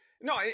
No